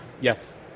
yes